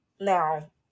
Now